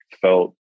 felt